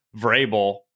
Vrabel